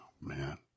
man